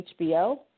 HBO